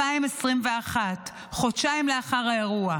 ביוני 2021, חודשיים לאחר האירוע.